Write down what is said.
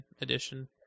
edition